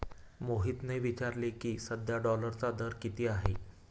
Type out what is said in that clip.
मोहितने विचारले की, सध्या डॉलरचा दर किती आहे?